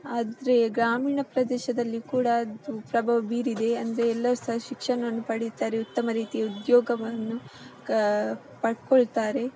ಆದರೆ ಗ್ರಾಮೀಣ ಪ್ರದೇಶದಲ್ಲಿ ಕೂಡ ಅದು ಪ್ರಭಾವ ಬೀರಿದೆ ಅಂದರೆ ಎಲ್ಲರೂ ಸಹ ಶಿಕ್ಷಣವನ್ನು ಪಡಿತಾರೆ ಉತ್ತಮ ರೀತಿ ಉದ್ಯೋಗವನ್ನು ಕ ಪಡ್ಕೊಳ್ತಾರೆ